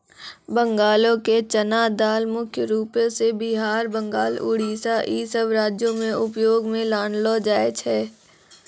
बंगालो के चना दाल मुख्य रूपो से बिहार, बंगाल, उड़ीसा इ सभ राज्यो मे उपयोग मे लानलो जाय छै